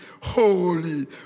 holy